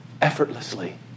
effortlessly